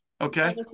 okay